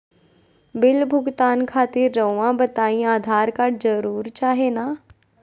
Bill भुगतान खातिर रहुआ बताइं आधार कार्ड जरूर चाहे ना?